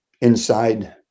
inside